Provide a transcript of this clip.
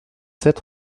sept